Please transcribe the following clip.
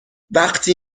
وقتی